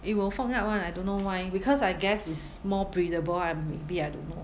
it will fog up [one] I don't know why because I guess is more breathable ah maybe I don't know